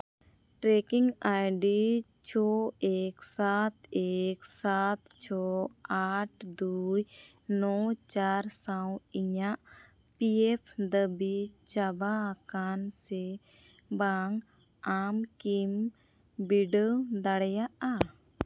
trekking I D ᱪᱷᱚ ᱮᱹᱠ ᱥᱟᱛ ᱮᱹᱠ ᱥᱟᱛ ᱪᱷᱚ ᱟᱴ ᱫᱩᱭ ᱱᱚᱭ ᱪᱟᱨ ᱥᱟᱶ ᱤᱧᱟᱹᱜ ᱯᱤ ᱮᱯᱷ ᱫᱟᱹᱵᱤ ᱪᱟᱵᱟ ᱟᱠᱟᱱ ᱥᱮ ᱵᱟᱝ ᱟᱢ ᱠᱤᱢ ᱵᱤᱰᱟᱹᱣ ᱫᱟᱲᱮᱭᱟᱜᱼᱟ